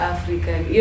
African